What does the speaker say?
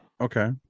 Okay